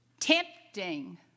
Tempting